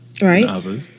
Right